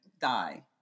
die